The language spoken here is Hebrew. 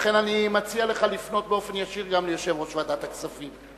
לכן אני מציע לך לפנות באופן ישיר גם ליושב-ראש ועדת הכספים.